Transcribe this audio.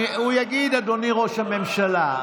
הוא יגיד "אדוני ראש הממשלה",